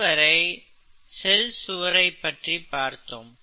இதுவரை செல் சுவரை பற்றி பார்த்தோம்